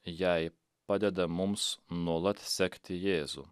jei padeda mums nuolat sekti jėzų